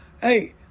hey